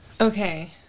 Okay